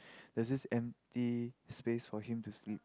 there's this empty space for him to sleep